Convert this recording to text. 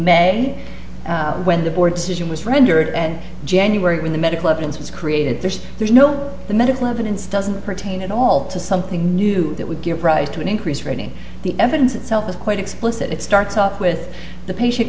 men when the board decision was rendered and january when the medical evidence was created there's there's no the medical evidence doesn't pertain at all to something new that would give rise to an increased rating the evidence itself is quite explicit it starts off with the patient